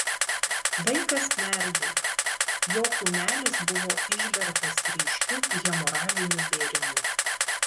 vaikas merdėjo jo kūnelis buvo išbertas ryškiu hemoraginiu bėrimu